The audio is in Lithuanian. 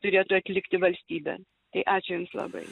turėtų atlikti valstybė tai ačiū jums labai